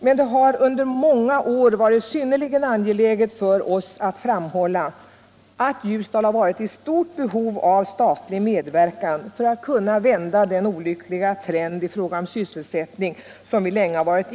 Men det har ändå i många år varit synnerligen angeläget för oss att framhålla att Ljusdal varit i stort behov av statlig medverkan för att vända den olyckliga trend i fråga om sysselsättningen som vi länge haft.